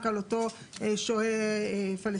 רק על אותו שוהה פלסטיני.